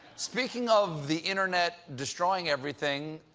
speaking of the internet destroying everything,